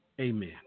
amen